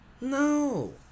No